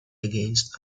against